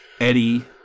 Eddie